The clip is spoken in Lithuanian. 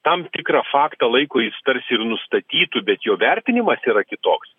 tam tikrą faktą laiko jis tarsi ir nustatytų bet jo vertinimas yra kitoks